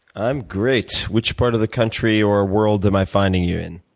i'm great. which part of the country or world am i finding you in?